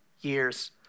years